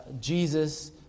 Jesus